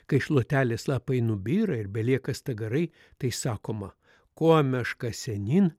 kai šluotelės lapai nubyra ir belieka stagarai tai sakoma kuo meška senyn